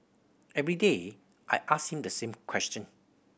every day I ask him the same question